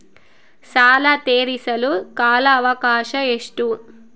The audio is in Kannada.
ಸಾಲ ತೇರಿಸಲು ಕಾಲ ಅವಕಾಶ ಎಷ್ಟು?